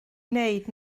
wneud